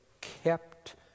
kept